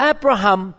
Abraham